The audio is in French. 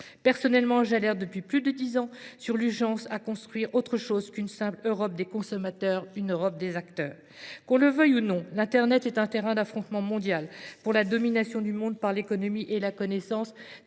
Personnellement, j’alerte depuis plus de dix ans sur l’urgence à construire autre chose qu’une simple Europe des consommateurs : une Europe des acteurs. Qu’on le veuille ou non, l’internet est un terrain d’affrontement mondial pour la domination du monde par l’économie et la connaissance.